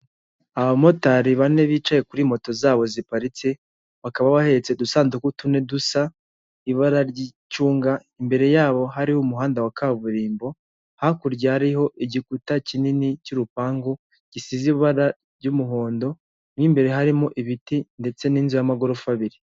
Abamotari bane bicaye kuri moto zabo ziparitse bakaba bahetse udusanduku tune dusa ibara ry'icnga, imbere yabo hariho umuhanda wa kaburimbo hakurya hariho igikuta kinini cy'urupangu gisize ibara ry'umuhondo n'imbere harimo ibiti ndetse n'inzu y'amagorofa abiri.